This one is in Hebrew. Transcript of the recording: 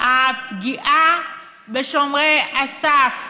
הפגיעה בשומרי הסף.